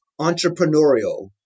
entrepreneurial